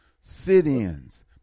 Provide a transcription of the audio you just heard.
sit-ins